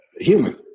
human